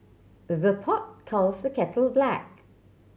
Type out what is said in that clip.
the pot calls the kettle black